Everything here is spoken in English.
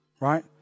right